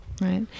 Right